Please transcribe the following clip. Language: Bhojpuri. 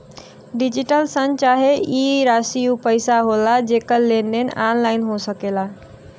डिजिटल शन चाहे ई राशी ऊ पइसा होला जेकर लेन देन ऑनलाइन हो सकेला